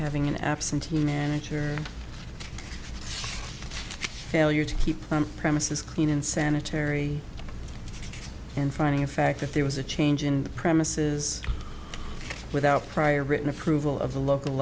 having an absentee manager failure to keep from premises clean and sanitary and finding a fact if there was a change in the premises without prior written approval of the local